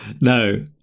No